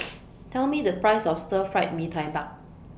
Tell Me The Price of Stir Fried Mee Tai Mak